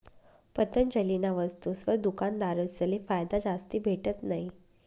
पतंजलीना वस्तुसवर दुकानदारसले फायदा जास्ती भेटत नयी